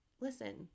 Listen